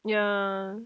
ya